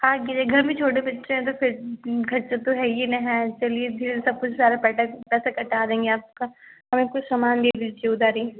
हाँ घर में छोटे बच्चे हैं तो फिर खर्चा तो है ही न है चलिए धीरे सब कुछ सरा पैसा काटा देंगे आपका हमे कुछ सामान दे दीजिये उधारी